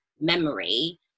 memory